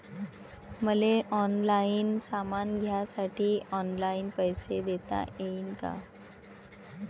मले ऑनलाईन सामान घ्यासाठी ऑनलाईन पैसे देता येईन का?